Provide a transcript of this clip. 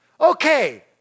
Okay